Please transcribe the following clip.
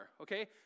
okay